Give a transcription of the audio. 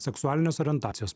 seksualinės orientacijos